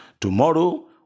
Tomorrow